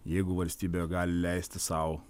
jeigu valstybė gali leisti sau